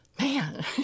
man